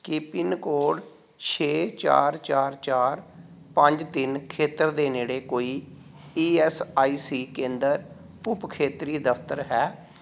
ਕੀ pin code ਛੇ ਚਾਰ ਚਾਰ ਚਾਰ ਪੰਜ ਤਿੰਨ ਖੇਤਰ ਦੇ ਨੇੜੇ ਕੋਈ ਈ ਐਸ ਆਈ ਸੀ ਕੇਂਦਰ ਉਪ ਖੇਤਰੀ ਦਫ਼ਤਰ ਹੈ